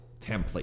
template